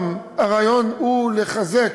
הרעיון הוא לחזק